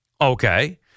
okay